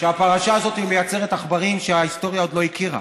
שהפרשה הזאת מייצרת עכברים שההיסטוריה עוד לא הכירה.